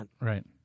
Right